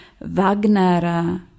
Wagner